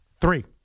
Three